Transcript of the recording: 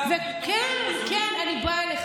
אם כתב, כן, כן, אני באה אליך